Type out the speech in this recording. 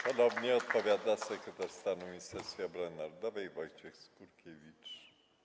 Ponownie odpowiada sekretarz stanu w Ministerstwie Obrony Narodowej Wojciech Skurkiewicz.